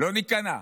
לא ניכנע.